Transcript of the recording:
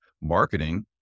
marketing